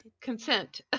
Consent